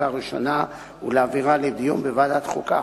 בקריאה ראשונה ולהעבירה לדיון בוועדת החוקה,